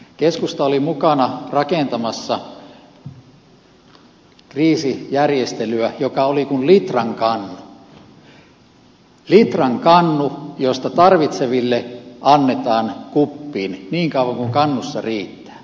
keskusta oli mukana rakentamassa kriisijärjestelyä joka oli kuin litran kannu josta tarvitseville annetaan kuppiin niin kauan kuin kannussa riittää